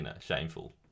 shameful